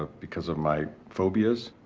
ah because of my phobias,